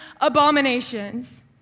abominations